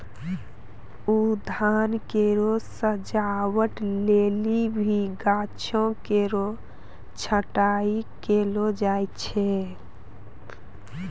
उद्यान केरो सजावट लेलि भी गाछो केरो छटाई कयलो जाय छै